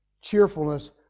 cheerfulness